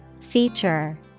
Feature